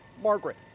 Margaret